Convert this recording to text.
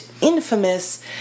infamous